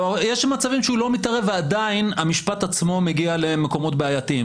יש מצבים שהוא לא מתערב ועדיין המשפט עצמו מגיע למקומות בעייתיים.